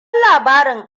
labarin